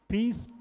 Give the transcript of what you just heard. Peace